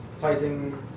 fighting